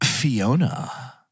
Fiona